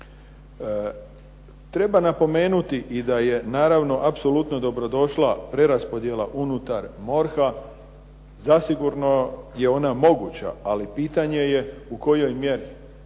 Treba napomenuti i da je naravno apsolutno dobrodošla preraspodjela unutar MORH-a. Zasigurno je ona moguća, ali pitanje je u kojoj mjeri?